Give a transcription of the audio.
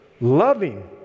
loving